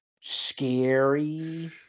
scary